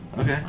Okay